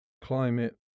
climate